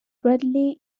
bradley